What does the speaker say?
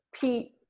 Pete